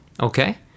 Okay